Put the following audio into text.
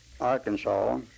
Arkansas